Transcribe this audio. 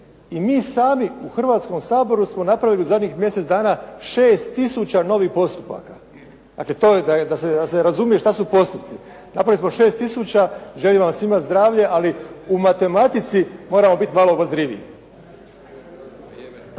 i mi sami u Hrvatskom saboru smo napravili u zadnjih mjesec dana 6 tisuća novih postupaka. Dakle, to je da se razumije što su postupci. Napravili smo 6 tisuća, želim vam svima zdravlje, ali u matematici moramo biti malo obazriviji.